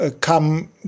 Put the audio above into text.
come